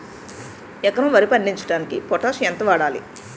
ఎకరం వరి పండించటానికి పొటాష్ ఎంత వాడాలి?